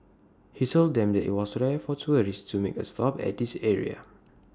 he told them that IT was rare for tourists to make A stop at this area